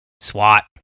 swat